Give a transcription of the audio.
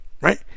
Right